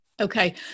Okay